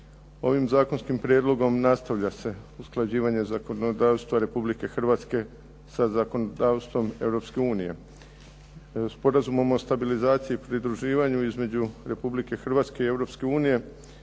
Ovim zakonskim prijedlogom nastavlja se usklađivanje zakonodavstva Republike Hrvatske sa zakonodavstvom Europske unije. Sporazumom o stabilizaciji i pridruživanju između Republike Hrvatske i